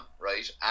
right